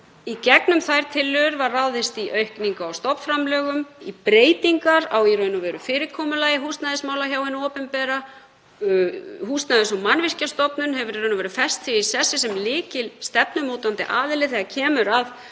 Í gegnum þær tillögur var ráðist í aukningu á stofnframlögum, í breytingar á fyrirkomulagi húsnæðismála hjá hinu opinbera, Húsnæðis- og mannvirkjastofnun hefur fest sig í sessi sem lykilstefnumótandi aðili þegar kemur að